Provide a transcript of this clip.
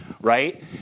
right